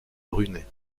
brunet